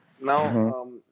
Now